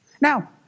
Now